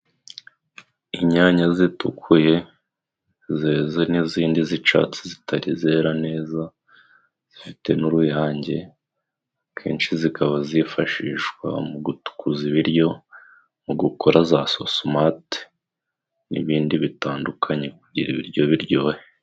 Inyanya zitukuye, zeze n'izindi zicatsi zitari zera neza, zifite n'uruyange, akenshi zikaba zifashishwa mu gutukuza ibiryo, mu gukora za sosomati, n'ibindi bitandukanye kugira ibiryo biryohe.